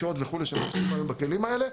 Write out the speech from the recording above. שוד וכולי שמבוצעים היום בכלים האלה,